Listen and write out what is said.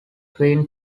twin